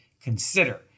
consider